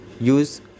use